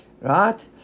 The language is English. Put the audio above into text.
right